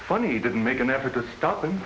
funny he didn't make an effort to stop